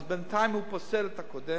אז בינתיים הוא פוסל את הקודם,